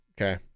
okay